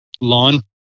lawn